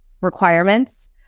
requirements